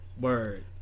Word